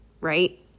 right